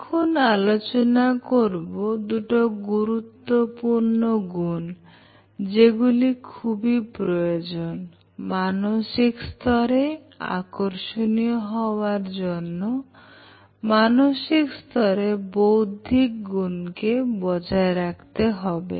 এখন আলোচনা করব দুটো গুরুত্বপূর্ণ গুন যেগুলো খুবই প্রয়োজন মানসিক স্তরে আকর্ষণীয় হওয়ার জন্য মানসিক স্তরে বৌধিক গুণকে বজায় রাখতে হবে